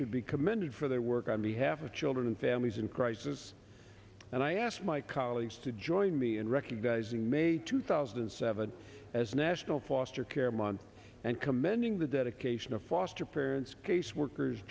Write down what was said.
should be commended for their work on behalf of children and families in crisis and i asked my colleagues to join me in recognizing may two thousand and seven as a national foster care month and commending the dedication of foster parents caseworkers